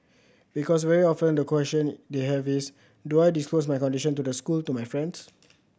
because very often the question they have is do I disclose my condition to the school to my friends